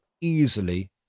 easily